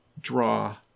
draw